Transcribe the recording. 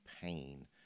pain